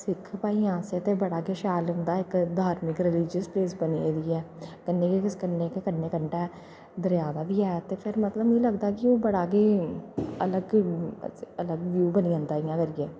सिक्ख भाइयें आस्तै ते बड़ा गै शैल ऐ कि इक्क धार्मिक रिलिजस प्लेस बनी गेदी ऐ कन्नै गै कंढै दरेआ बी एह् ते फिर मीं लगदा कि ओह् बड़ा गै अलग अलग व्यूह् बनी जंदा इ'यां करियै